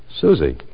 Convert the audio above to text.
Susie